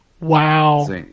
Wow